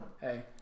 hey